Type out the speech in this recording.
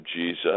Jesus